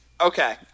okay